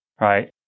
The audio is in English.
Right